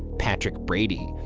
patrick brady.